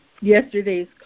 yesterday's